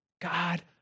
God